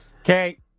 Okay